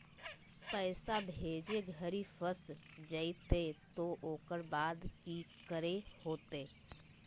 पैसा भेजे घरी फस जयते तो ओकर बाद की करे होते?